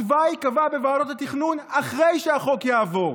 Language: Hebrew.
התוואי ייקבע בוועדות התכנון אחרי שהחוק יעבור.